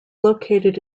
located